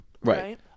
Right